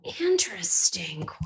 interesting